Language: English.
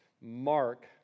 Mark